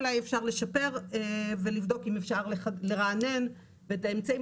אולי אפשר לשפר ולבדוק אם אפשר לרענן את האמצעים,